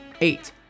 eight